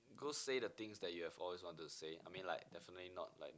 goes say the things that you have always want to say I mean like definitely not like